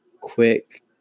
quick